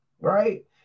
right